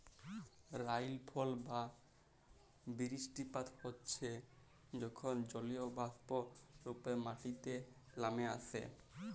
রাইলফল বা বিরিস্টিপাত হচ্যে যখল জলীয়বাষ্প রূপে মাটিতে লামে আসে